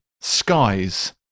Skies